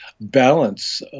balance